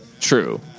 True